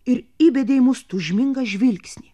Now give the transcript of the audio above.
ir įbedė į mus tūžmingą žvilgsnį